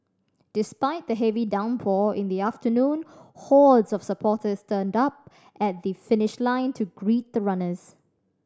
despite the heavy downpour in the afternoon hordes of supporters turned up at the finish line to greet the runners